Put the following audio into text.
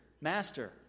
Master